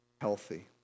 healthy